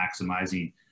maximizing